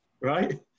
right